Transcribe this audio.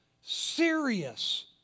serious